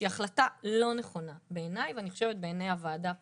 שהיא החלטה לא נכונה בעיניי ואני חושבת בעיני הוועדה פה,